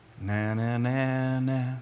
na-na-na-na